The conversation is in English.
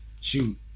Shoot